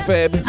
Feb